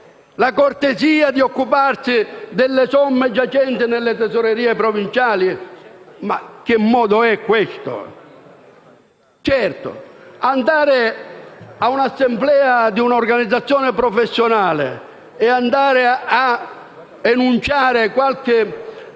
la cortesia di occuparci delle somme giacenti nelle tesorerie provinciali? Ma che modo è questo? Certo, presentarsi in un'assemblea di un'organizzazione professionale a enunciare qualche